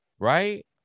right